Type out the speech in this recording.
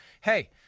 hey